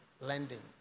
lending